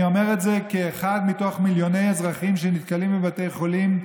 אני אומר את זה כאחד מתוך מיליוני אזרחים שנתקלים בבתי חולים,